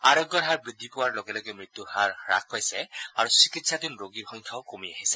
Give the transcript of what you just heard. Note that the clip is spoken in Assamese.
আৰোগ্যৰ হাৰ বৃদ্ধি পোৱাৰ লগে লগে মৃত্যুৰ হাৰ হাস পাইছে আৰু চিকিৎসাধীন ৰোগীৰ সংখ্যাও কমি আহিছে